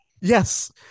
Yes